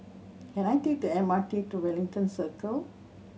can I take the M R T to Wellington Circle